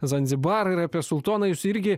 zanzibarą ir apie sultoną jūs irgi